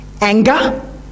anger